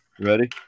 Ready